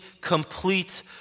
complete